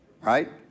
right